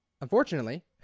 unfortunately